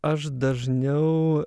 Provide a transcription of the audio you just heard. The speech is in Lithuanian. aš dažniau